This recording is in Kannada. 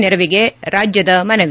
ನೆರವಿಗೆ ರಾಜ್ಯದ ಮನವಿ